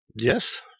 Yes